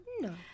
No